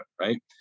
right